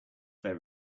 their